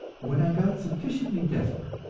when i got sufficiently desperate,